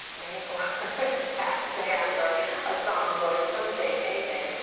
right? or tap dance or a song or something, anything.